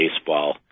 baseball